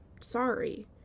sorry